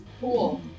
Cool